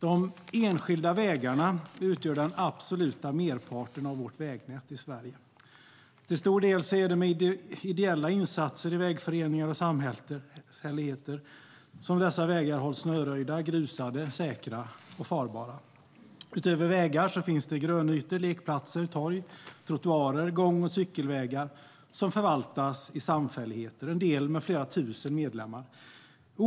De enskilda vägarna utgör den absoluta merparten av vårt vägnät i Sverige. Till stor del är det med ideella insatser i vägföreningar och samfälligheter som dessa vägar hålls snöröjda, grusade, säkra och farbara. Utöver vägar finns grönytor, lekplatser, torg, trottoarer, gång och cykelvägar som förvaltas i samfälligheter, en del med flera tusen medlemmar.